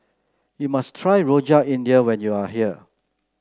you must try Rojak India when you are here